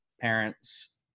parents